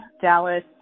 Dallas